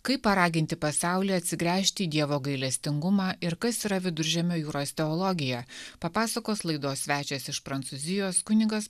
kaip paraginti pasaulį atsigręžti į dievo gailestingumą ir kas yra viduržemio jūros teologija papasakos laidos svečias iš prancūzijos kunigas